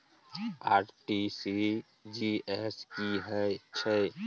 RTG S की है छै?